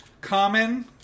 common